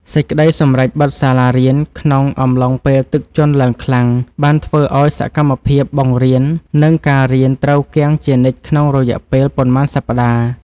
សេចក្តីសម្រេចបិទសាលារៀនក្នុងអំឡុងពេលទឹកជន់ឡើងខ្លាំង បានធ្វើឱ្យសកម្មភាពបង្រៀន និង ការរៀនត្រូវគាំងជានិច្ចក្នុងរយៈពេលប៉ុន្មានសប្តាហ៍។